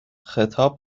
خطاب